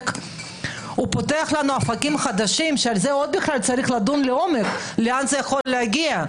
הוא פותח לנו אופקים חדשים שצריך לדון עליהם ולראות לאן זה יכול להגיע.